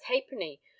halfpenny